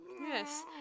Yes